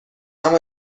اما